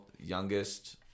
youngest